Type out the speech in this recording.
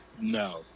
No